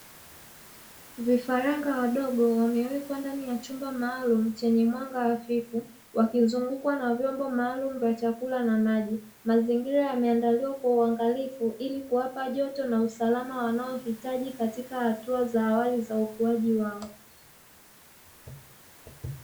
Vifaranga wadogo wamewekwa ndani ya chumba maalumu chenye mwanga hafifu, wakizungukwa na vyombo maalumu vya chakula na maji. Mazingira yameandaliwa kwa uangalifu, ili kuwapa joto na usalama wanaohitaji katika hatua za awali za ukuaji wao.